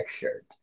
shirt